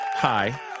hi